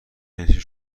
جنسی